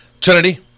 Trinity